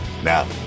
Now